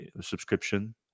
subscription